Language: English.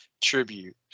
tribute